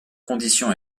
condition